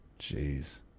Jeez